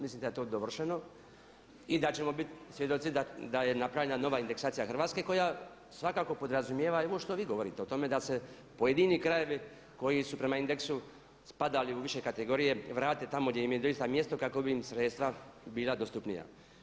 Mislim da je to dovršeno i da ćemo bit svjedoci da je napravljena nova indeksacija Hrvatske koja svakako podrazumijeva i ovo što vi govorite o tome da se pojedini krajevi koji su prema indeksu spadali u više kategorije vrate tamo gdje im je doista mjesto kako bi im sredstva bila dostupnija.